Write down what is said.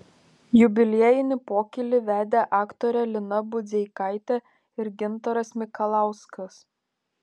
jubiliejinį pokylį vedė aktorė lina budzeikaitė ir gintaras mikalauskas